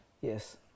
Yes